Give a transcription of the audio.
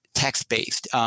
text-based